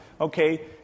okay